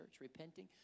repenting